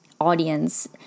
audience